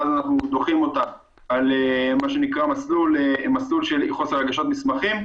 ואז אנחנו דוחים אותם על מה שנקרא מסלול להגשת מסמכים,